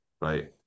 right